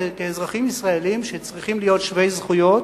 כאזרחים ישראלים שצריכים להיות שווי זכויות,